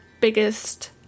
biggest